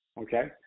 okay